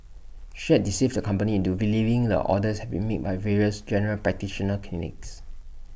she had deceived the company into believing the orders had been made by various general practitioner clinics